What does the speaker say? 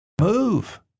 Move